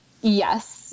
Yes